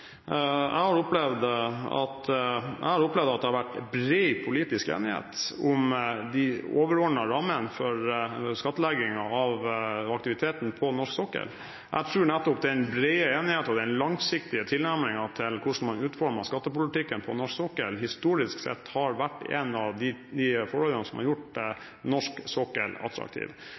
at det har vært bred politisk enighet om de overordnede rammene for skattleggingen av aktiviteten på norsk sokkel. Jeg tror nettopp den brede enigheten om og den langsiktige tilnærmingen til hvordan man utformer skattepolitikken for norsk sokkel, historisk sett har vært et av de forholdene som har gjort norsk sokkel attraktiv.